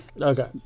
Okay